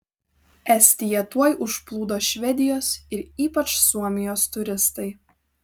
estiją tuoj užplūdo švedijos ir ypač suomijos turistai